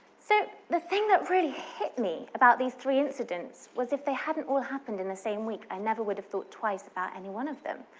so the thing that really hit me about these three incidents was if they hadn't happened in the same week, i never would have thought twice about any one of them.